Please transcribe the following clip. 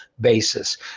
basis